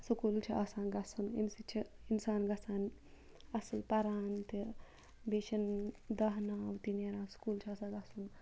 school چھُ آسان گَژھُن امہِ سۭتۍ چھِ اِنسان گَژھان اَصل پَرَان تہِ بیٚیہِ چھِ دَہ ناو تہِ نیران سکوٗلَس چھُ آسان گَژھُن